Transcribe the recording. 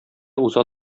уза